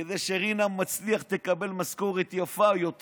כדי שרינה מצליח תקבל משכורת יפה יותר,